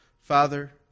Father